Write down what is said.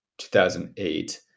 2008